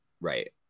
right